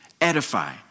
Edify